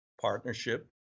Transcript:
partnership